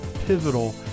Pivotal